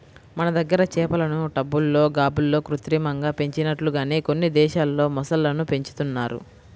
మన దగ్గర చేపలను టబ్బుల్లో, గాబుల్లో కృత్రిమంగా పెంచినట్లుగానే కొన్ని దేశాల్లో మొసళ్ళను పెంచుతున్నారు